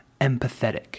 empathetic